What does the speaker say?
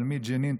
אבל ג'נין,